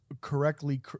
correctly